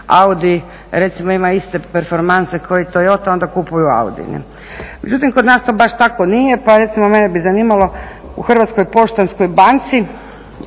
recimo ima iste performanse kao i Toyota onda kupuju AUDI. Međutim, kod nas to tako baš nije pa recimo mene bi zanimalo u HPB-u što se